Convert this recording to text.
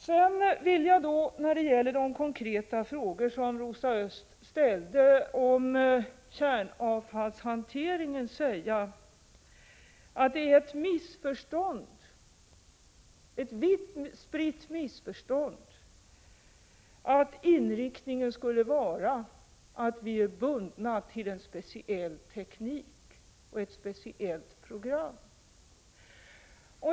Sedan vill jag när det gäller de konkreta frågor som Rosa Östh har ställt om kärnavfallshanteringen säga att det är ett vitt spritt missförstånd att inriktningen skall vara att vi är bundna till en speciell teknik och ett speciellt program.